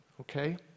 okay